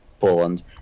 Poland